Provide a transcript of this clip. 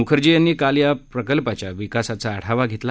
मुखर्जी यांनी काल या प्रकल्पाच्या विकासाचा आढावा घेतला